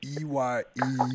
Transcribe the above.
E-Y-E